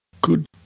good